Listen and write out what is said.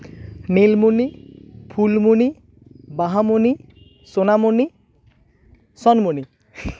ᱱᱤᱞᱢᱩᱱᱤ ᱯᱷᱩᱞᱢᱩᱱᱤ ᱵᱟᱦᱟᱢᱩᱱᱤ ᱥᱳᱱᱟᱢᱩᱱᱤ ᱥᱚᱱᱢᱩᱱᱤ